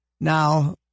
now